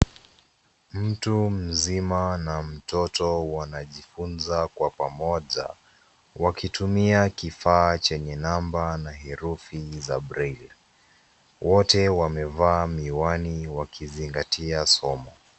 Mtu mzima na mtoto wanajifunza kwa pamoja wakitumia kifaa chenye namba na herufi za brail . Wote wamevaa miwani wakizingatia somo.